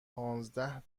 پانزده